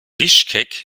bischkek